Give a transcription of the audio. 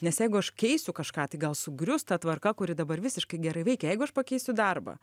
nes jeigu aš keisiu kažką tai gal sugrius ta tvarka kuri dabar visiškai gerai veikia jeigu aš pakeisiu darbą